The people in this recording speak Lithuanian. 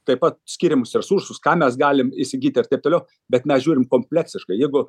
taip pat skiriamus resursus ką mes galim įsigyti ir taip toliau bet mes žiūrim kompleksiškai jeigu